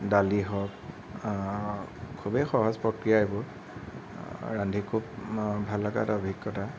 দালি হওক খুবেই সহজ প্ৰক্ৰিয়া এইবোৰ ৰান্ধি খুব ভাল লগা এটা অভিজ্ঞতা